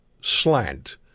slant